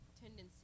tendency